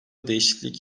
değişiklik